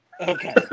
Okay